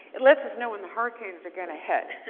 lets us know when hurricanes are going to hit.